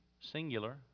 singular